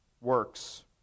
works